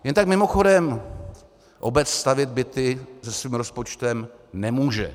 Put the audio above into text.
Jen tak mimochodem, obec stavět byty se svým rozpočtem nemůže.